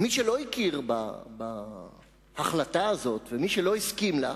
מי שלא הכיר בהחלטה הזאת ומי שלא הסכים לה,